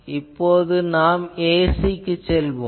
பிறகு நாம் 'ac' க்குச் செய்ய வேண்டும்